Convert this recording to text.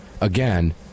again